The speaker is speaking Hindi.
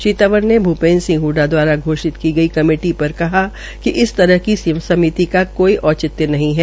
श्री तंवर ने भूपेन्द्र सिंह हडडा दवारा घोषित की गई कमेटी पर कहा कि इसी तरह की समिति का कोई औचित्य नहीं है